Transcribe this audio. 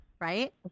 Right